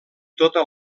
tota